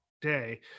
day